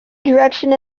direction